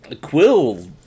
Quill